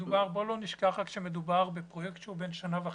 בוא לא נשכח רק שמדובר בפרויקט שהוא בן שנה וחצי,